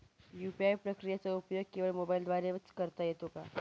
UPI प्रक्रियेचा उपयोग केवळ मोबाईलद्वारे च करता येतो का?